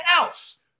else